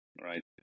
right